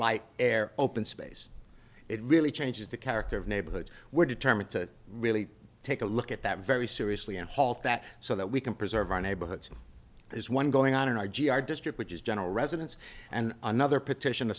like air open space it really changes the character of neighborhoods where determined to really take a look at that very seriously and halt that so that we can preserve our neighborhoods is one going on in our g r district which is general residents and another petition